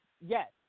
yes